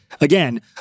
Again